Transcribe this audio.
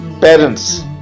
parents